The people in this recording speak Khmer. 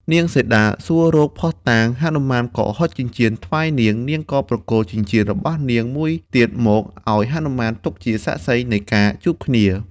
នាងសីតាសួររកភស្តុតាង ហនុមានក៏ហុចចិញ្ចៀនថ្វាយនាង នាងក៏ប្រគល់ចិញ្ចៀនរបស់នាងមួយទៀតមក ឱ្យហនុមានទុកជាសាក្សីនៃការ ជួបគ្នា។